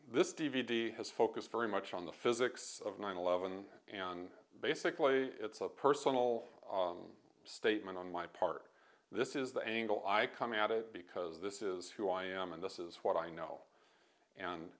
this d v d has focused very much on the physics of nine eleven and basically it's a personal on statement on my part this is the angle i come at it because this is who i am and this is what i know and